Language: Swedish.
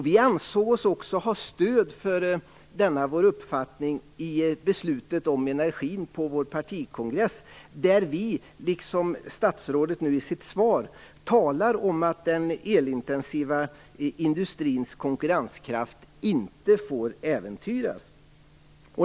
Vi ansåg oss också ha stöd för denna vår uppfattning i beslutet om energin på vår partikongress där vi, liksom statsrådet i sitt svar, talar om att den elintensiva industrins konkurrenskraft inte får äventyras.